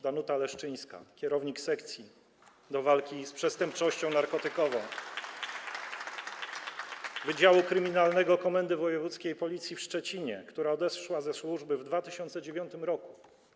Danuta Leszczyńska, kierownik Sekcji do Walki z Przestępczością Narkotykową Wydziału Kryminalnego Komendy Wojewódzkiej Policji w Szczecinie, która odeszła ze służby w 2009 r.